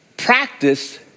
practice